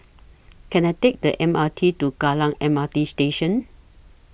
Can I Take The M R T to Kallang M R T Station